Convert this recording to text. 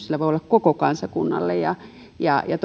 sillä voi olla suuri merkitys koko kansakunnalle ja ja